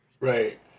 Right